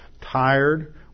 tired